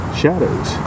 shadows